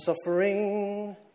Suffering